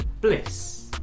bliss